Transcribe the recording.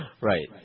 Right